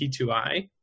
T2i